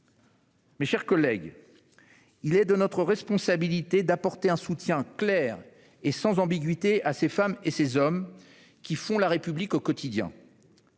Mes chers collègues, il relève de notre responsabilité d'apporter un soutien clair et sans ambiguïté à ces femmes et ces hommes qui font la République au quotidien.